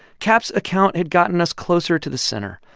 capps' account had gotten us closer to the center.